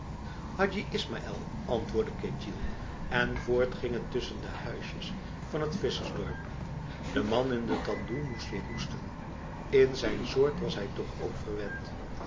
hadji ismaïl antwoordde ketjil en voort ging het tussen de huisjes van het vissersdorp de man in de tandoe moest weer hoesten in zijn soort was hij toch ook verwend